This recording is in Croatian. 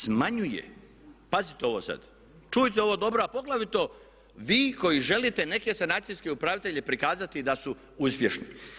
Smanjuje, pazite ovo sada, čujte ovo dobro a poglavito vi koji želite neke sanacijske upravitelje prikazati da su uspješni.